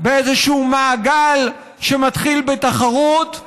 באיזשהו מעגל שמתחיל בתחרות,